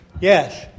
Yes